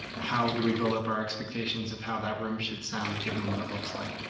how do we build up our expectations of how that room should sound, given what it looks like.